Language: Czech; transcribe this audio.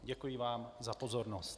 Děkuji vám za pozornost.